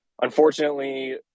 unfortunately